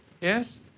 Yes